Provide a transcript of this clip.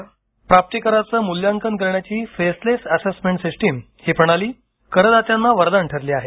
ध्वनी प्राप्तीकराचे मूल्यांकन करण्याची फेसलेस एसेसमेंट सिस्टीम ही प्रणाली करदात्यांना वरदान ठरली आहे